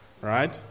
Right